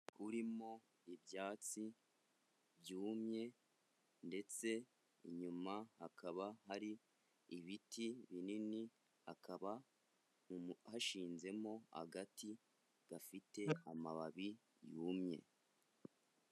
Urimo ibyatsi byumye ndetse inyuma hakaba hari ibiti binini akaba hashinzemo agati gafite amababi yumye.